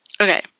Okay